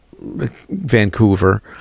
vancouver